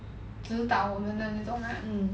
只是打我们的那种 lah